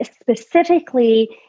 specifically